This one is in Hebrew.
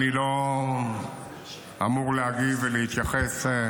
אני לא אמור להגיב ולהתייחס.